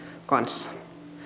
kanssa